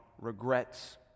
regrets